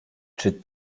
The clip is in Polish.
czy